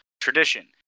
tradition